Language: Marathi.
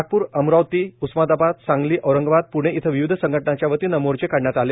नागपूरए अमरावतीए उस्मानाबादए सांगलीए औरंगाबादए पृणे इथं विविध संघटनांच्या वतीने मोर्चे काढण्यात आले